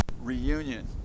reunion